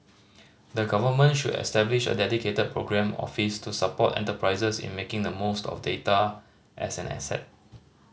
the Government should establish a dedicated programme office to support enterprises in making the most of data as an asset